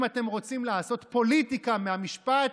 אם אתם רוצים לעשות פוליטיקה מהמשפט,